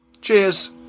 cheers